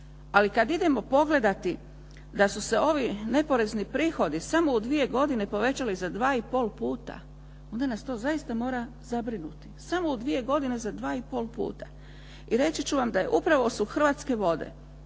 Ali kad idemo pogledati da su se ovi neporezni prihodi samo u dvije godine povećali za 2 i pol puta, onda nas to zaista mora zabrinuti. Samo u dvije godine za 2 i pol puta. I reći ću vam da upravo su Hrvatske vode,